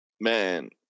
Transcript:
Man